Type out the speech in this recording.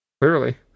clearly